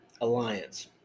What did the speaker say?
Alliance